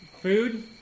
food